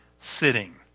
sitting